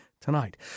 tonight